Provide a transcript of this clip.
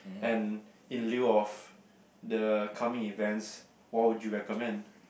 and in lieu of the coming events what would you recommend